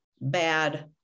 bad